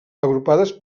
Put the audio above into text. agrupades